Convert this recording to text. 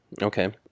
Okay